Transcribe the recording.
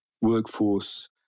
Workforce